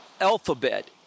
alphabet